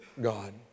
God